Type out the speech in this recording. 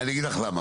אגיד לך למה,